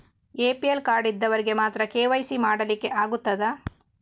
APL card ಇದ್ದವರಿಗೆ ಮಾತ್ರ KYC ಮಾಡಲಿಕ್ಕೆ ಆಗುತ್ತದಾ?